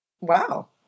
wow